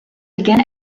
again